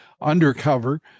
undercover